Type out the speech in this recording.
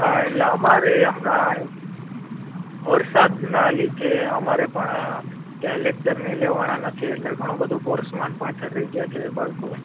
હા એટલે અમારે હમણાં વરસાદના લીધે અમારે પણ કયા લેક્ચરને ઈ લેવાણા નથી એટલે ઘણો બધો કોર્સમાં ને પાછળ રઈ ગ્યાં છે બાળકો